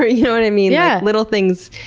ah you know what i mean? yeah little things,